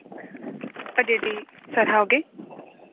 ᱟᱹᱰᱤ ᱟᱹᱰᱤ ᱥᱟᱨᱦᱟᱣ ᱜᱮ